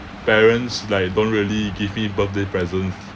parents like don't really give me birthday present